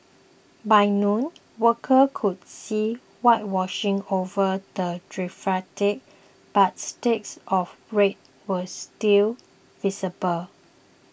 by noon workers could be seen whitewashing over the graffiti but streaks of red were still visible